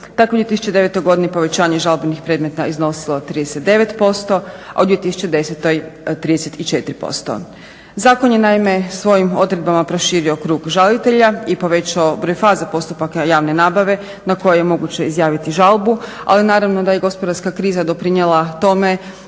Tako je u 2009. godini povećanje žalbenih predmeta iznosilo 39%, a 2010. 34%. Zakon je naime svojim odredbama proširio krug žalitelja i povećao broj faza postupaka javne nabave na koju je moguće izjaviti žalbu, ali naravno da je gospodarska kriza doprinijela tome